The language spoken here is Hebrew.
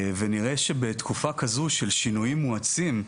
ונראה שבתקופה כזו של שינויים מואצים,